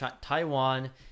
Taiwan